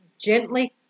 gently